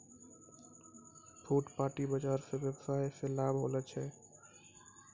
फुटपाटी बाजार स वेवसाय मे लाभ होलो छै